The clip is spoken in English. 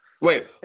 wait